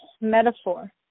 metaphor